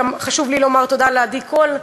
חשוב לי לומר תודה לעדי קול,